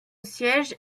siège